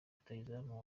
rutahizamu